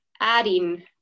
adding